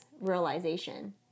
realization